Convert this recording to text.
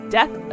Death